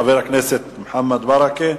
חבר הכנסת מוחמד ברכה,